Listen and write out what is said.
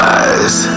eyes